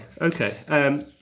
Okay